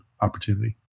opportunity